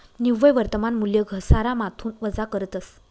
निव्वय वर्तमान मूल्य घसारामाथून वजा करतस